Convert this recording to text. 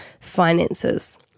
finances